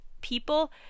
people